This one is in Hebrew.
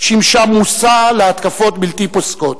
שימשה מושא להתקפות בלתי פוסקות.